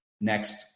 next